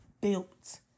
built